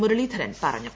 മുരളീധരൻ പറഞ്ഞു